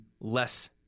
less